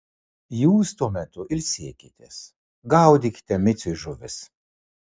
jūs tuo metu ilsėkitės gaudykite miciui žuvis